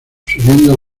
subiendo